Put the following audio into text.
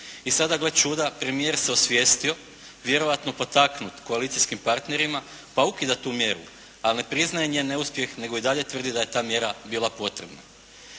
I sada gle čuda, premijer se osvijestio vjerojatno potaknut koalicijskim partnerima pa ukida tu mjeru, ali ne priznaje njen neuspjeh nego i dalje tvrdi da je ta mjera bila potrebna.